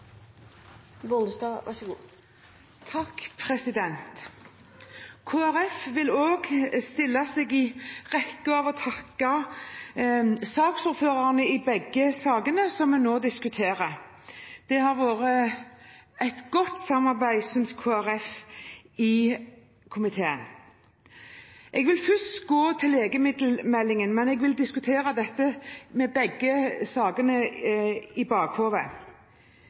vil stille seg i rekken av dem som takker saksordførerne i begge sakene som vi nå diskuterer. Det har vært et godt samarbeid i komiteen, synes Kristelig Folkeparti. Jeg vil først gå til legemiddelmeldingen, men jeg vil diskutere denne med begge sakene i